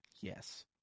yes